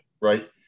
right